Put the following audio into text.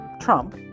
Trump